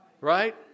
Right